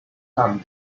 time